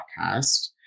podcast